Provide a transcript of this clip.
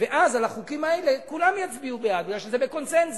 ואז על החוקים האלה כולם יצביעו בעד בגלל שזה בקונסנזוס.